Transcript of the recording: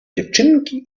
dziewczynki